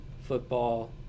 football